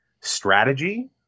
strategy